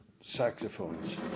saxophones